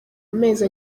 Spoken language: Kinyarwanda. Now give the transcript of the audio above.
amezi